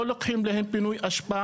לא מפנים להם את האשפה.